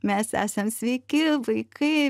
mes esam sveiki vaikai